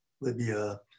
Libya